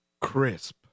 crisp